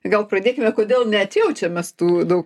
gal pradėkime kodėl neatjaučiam mes tų daug